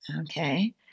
Okay